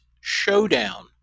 Showdown